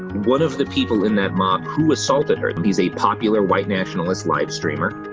one of the people in that mob who assaulted her, he's a popular white nationalist live streamer.